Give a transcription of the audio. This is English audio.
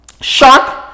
shock